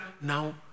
now